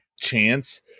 chance